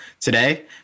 Today